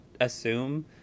assume